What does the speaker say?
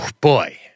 boy